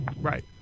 Right